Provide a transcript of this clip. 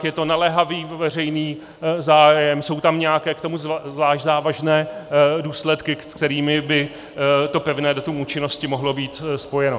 Je to naléhavý veřejný zájem, jsou tam k tomu zvlášť závažné důsledky, kterými by to pevné datum účinnosti mohlo být spojeno.